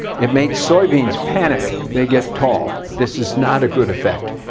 it made soybeans panic. they get tall. this is not a good effect.